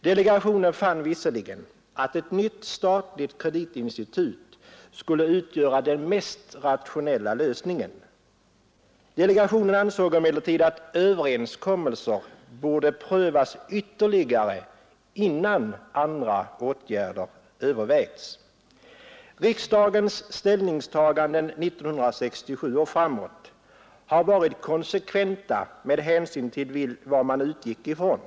Delegationen fann visserligen att ett nytt statligt kreditinstitut skulle utgöra den mest rationella lösningen, men delegationen ansåg att överenskommelser borde prövas ytterligare innan andra åtgärder övervägs. Riksdagens ställningstaganden 1967 och framåt har varit konsekventa med hänsyn till vad man utgick från.